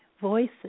voices